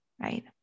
Right